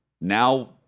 Now